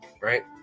Right